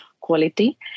quality